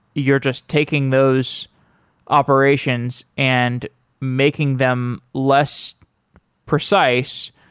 you're just taking those operations and making them less precise,